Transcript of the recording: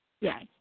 Yes